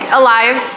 alive